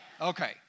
Okay